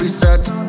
Reset